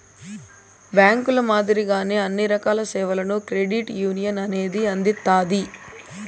బ్యాంకుల మాదిరిగానే అన్ని రకాల సేవలను క్రెడిట్ యునియన్ అనేది అందిత్తాది